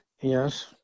Yes